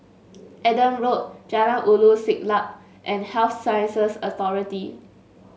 Adam Road Jalan Ulu Siglap and Health Sciences Authority